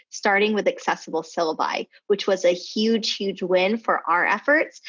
starting with accessible syllabi, which was a huge, huge win for our efforts,